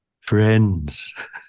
friends